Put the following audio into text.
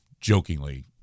jokingly